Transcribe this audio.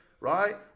right